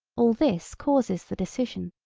all this causes the decision.